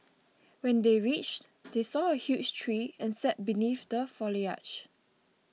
when they reached they saw a huge tree and sat beneath the foliage